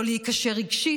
לא להיקשר רגשית,